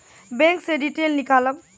Bank से detail नीकालव?